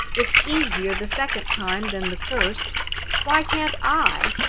it's easier the second time than the first why can't i?